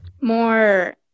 more